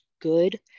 good